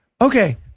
okay